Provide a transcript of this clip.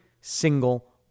single